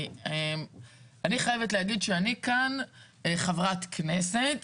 אני חייבת להגיד שאני חברת כנסת,